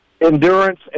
endurance